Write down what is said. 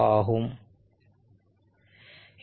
ஆகும்